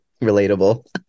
relatable